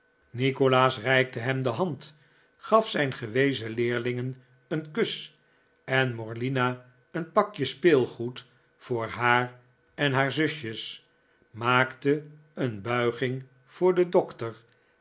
nikolaas reikte hem de hand gaf zijn gewezen leerlingen een kus en morlina een pakje speelgoed voor haar en haar zusjes maakte een buiging voor den dokter